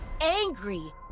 angry